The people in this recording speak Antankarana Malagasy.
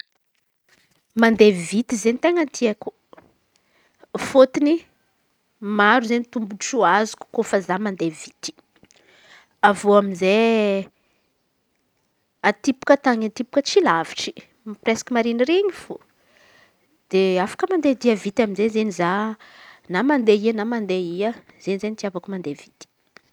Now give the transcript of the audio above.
Mandeha vity zey ten̈a tiako fôtony maro izen̈y tombotso azoko kôfa za mande vity. Avy eo amy izey aty bôka tan̈y aty bôka tsy lavitsy presiky marin̈iriny fô de afaka mandeha vity izen̈y za na mande aia na mande aia zey izen̈y tiavako mande vity.